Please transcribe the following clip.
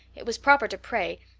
it was proper to pray,